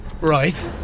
right